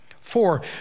Four